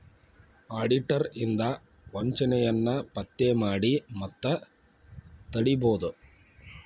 auditor ಇಂದಾ ವಂಚನೆಯನ್ನ ಪತ್ತೆ ಮಾಡಿ ಮತ್ತ ತಡಿಬೊದು